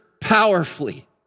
powerfully